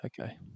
Okay